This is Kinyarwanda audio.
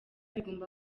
bagomba